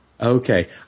Okay